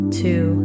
two